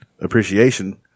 appreciation